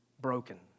broken